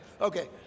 Okay